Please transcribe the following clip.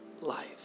life